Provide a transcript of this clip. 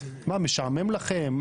משעמם לכם?